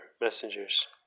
messengers